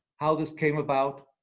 how this came about,